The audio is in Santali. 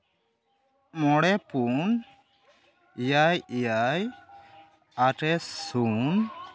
ᱢᱚᱬᱮ ᱯᱩᱱ ᱮᱭᱟᱭ ᱮᱭᱟᱭ ᱟᱨᱮ ᱥᱩᱱ